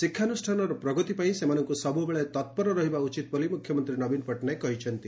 ଶିକ୍ଷାନୁଷ୍ଠାନର ପ୍ରଗତି ପାଇଁ ସେମାନଙ୍ଙୁ ସବୁବେଳେ ତପିର ରହିବା ଉଚିତ୍ ବୋଲି ମୁଖ୍ୟମନ୍ତୀ ନବୀନ ପଟ୍ଟନାୟକ କହିଛନ୍ତି